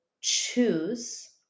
choose